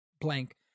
blank